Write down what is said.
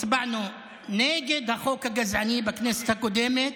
הצבענו נגד החוק הגזעני בכנסת הקודמת,